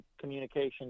communication